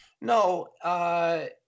No